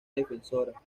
defensora